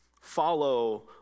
follow